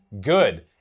good